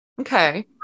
okay